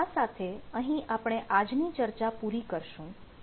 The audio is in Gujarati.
તો આ સાથે અહીં આપણે આજની ચર્ચા પૂરી કરશું